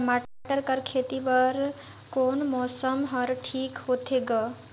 टमाटर कर खेती बर कोन मौसम हर ठीक होथे ग?